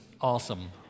awesome